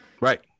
Right